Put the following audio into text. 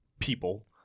people